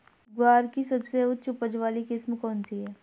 ग्वार की सबसे उच्च उपज वाली किस्म कौनसी है?